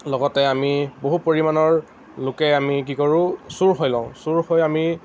লগতে আমি বহু পৰিমাণৰ লোকে আমি কি কৰোঁ চোৰ হৈ লওঁ চোৰ হৈ আমি